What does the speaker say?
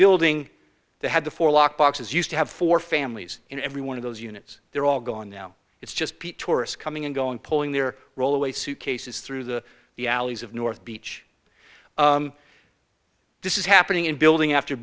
building they had the four lock boxes used to have four families in every one of those units they're all gone now it's just pete tourists coming and going pulling their roll away suitcases through the realities of north beach this is happening in building after